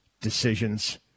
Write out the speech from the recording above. decisions